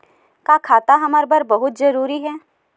का खाता हमर बर बहुत जरूरी हे का?